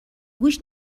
گوش